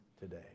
today